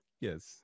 Yes